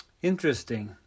Interesting